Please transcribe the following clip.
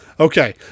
Okay